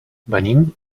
venim